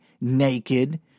naked